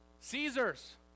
Caesar's